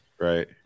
Right